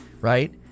right